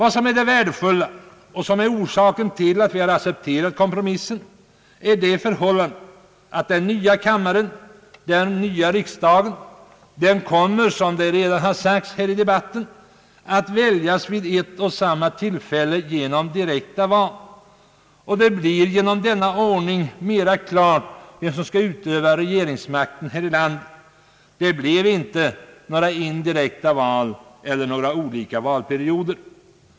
Anledningen till att vi har accepterat kompromissen är det värdefulla i det förhållandet att den nya kammaren, den nya riksdagen, kommer att väljas vid ett och samma tillfälle genom direkta val. Genom denna ordning blir det mera klart vem som skall utöva regeringsmakten här i landet. Det blir inte några indirekta val eller några olika valperioder.